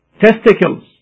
testicles